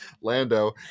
Lando